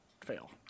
fail